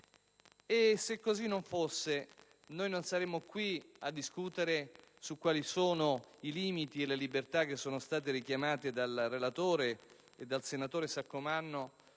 Se così non fosse, noi non saremmo qui a discutere su quali siano i limiti e le libertà che sono state richiamate dal relatore e dal senatore Saccomanno,